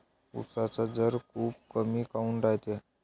उसाचा दर खूप कमी काऊन रायते?